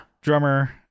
drummer